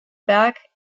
back